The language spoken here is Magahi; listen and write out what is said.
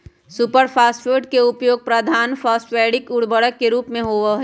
सुपर फॉस्फेट के उपयोग प्रधान फॉस्फेटिक उर्वरक के रूप में होबा हई